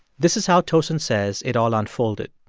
this is how tosin says it all unfolded.